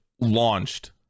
launched